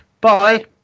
Bye